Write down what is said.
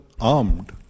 armed